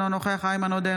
אינו נוכח איימן עודה,